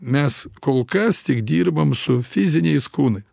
mes kol kas tik dirbam su fiziniais kūnai